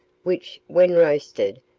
which, when roasted,